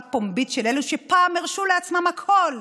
פומבית של אלו שפעם הרשו לעצמם הכול.